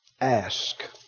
Ask